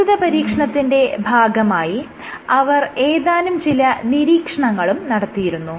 പ്രസ്തുത പരീക്ഷണത്തിന്റെ ഭാഗമായി അവർ ഏതാനും ചില നിരീക്ഷണങ്ങളും നടത്തിയിരുന്നു